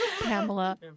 pamela